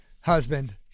husband